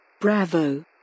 Bravo